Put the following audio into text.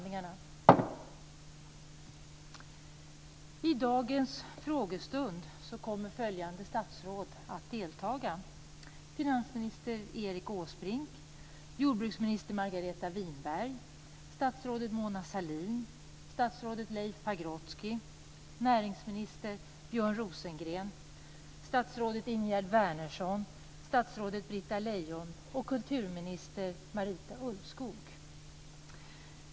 I dagens frågestund kommer följande statsråd att delta: Finansminister Erik Åsbrink, jordbruksminister Lejon och kulturminister Marita Ulvskog.